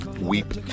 weep